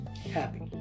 happy